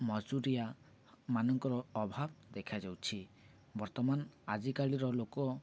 ମଜୁରିଆ ମାନଙ୍କର ଅଭାବ ଦେଖାଯାଉଛି ବର୍ତ୍ତମାନ ଆଜିକାଲିର ଲୋକ